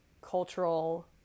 cultural